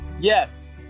Yes